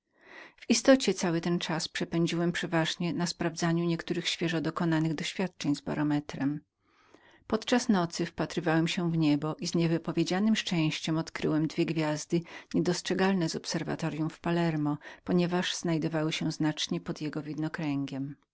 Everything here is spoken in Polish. w istocie cały ten czas przepędziłem na sprawdzaniu niektórych doświadczeń z barometrem dotąd nie dość dokładnie wykonywanych podczas nocy wpatrywałem się w niebo i z niewypowiedzianem szczęściem odkryłem dwie gwiazdy niedostrzegalne z obserwatoryum palermo z powodu że znajdowały się znacznie pod jego widokręgiem